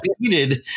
repeated